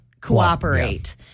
cooperate